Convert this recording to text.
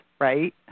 right